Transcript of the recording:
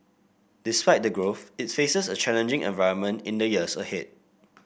despite the growth it faces a challenging environment in the years ahead